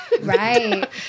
Right